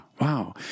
Wow